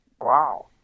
Wow